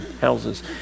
houses